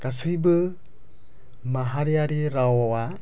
गासैबो माहारियारि रावा